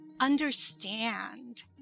understand